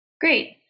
Great